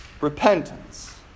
repentance